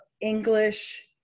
English